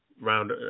round